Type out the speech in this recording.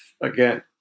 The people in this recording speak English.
again